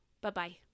Bye-bye